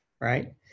right